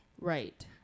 right